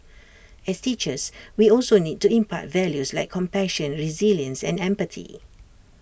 as teachers we also need to impart values like compassion resilience and empathy